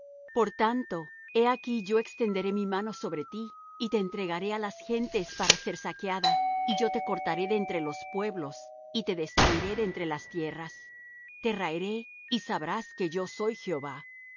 por tanto he aquí yo extenderé mi mano sobre ti y te entregaré á las gentes para ser saqueada y yo te cortaré de entre los pueblos y te destruiré de entre las tierras te raeré y sabrás que yo soy jehová